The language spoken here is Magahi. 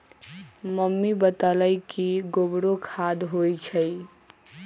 मम्मी बतअलई कि गोबरो खाद होई छई